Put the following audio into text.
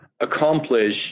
accomplish